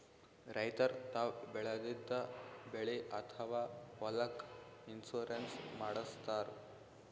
ರೈತರ್ ತಾವ್ ಬೆಳೆದಿದ್ದ ಬೆಳಿ ಅಥವಾ ಹೊಲಕ್ಕ್ ಇನ್ಶೂರೆನ್ಸ್ ಮಾಡಸ್ತಾರ್